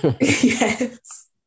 Yes